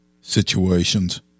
situations